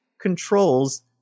controls